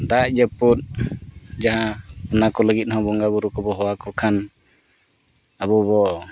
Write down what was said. ᱫᱟᱜ ᱡᱟᱹᱯᱩᱫ ᱡᱟᱦᱟᱸ ᱚᱱᱟ ᱠᱚ ᱞᱟᱹᱜᱤᱫ ᱦᱚᱸ ᱵᱚᱸᱜᱟ ᱵᱳᱨᱳ ᱠᱚᱵᱚᱱ ᱦᱚᱦᱚ ᱟᱠᱚ ᱠᱷᱟᱱ ᱟᱵᱚ ᱵᱚ